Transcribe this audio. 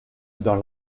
dans